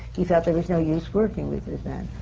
he felt there was no use working with this man.